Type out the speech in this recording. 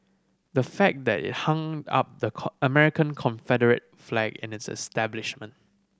the fact that it hung up the American Confederate flag in its establishment